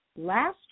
Last